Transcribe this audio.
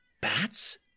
Bats